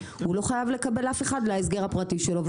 הוא לא חייב לקבל אף אחד להסגר הפרטי שלו,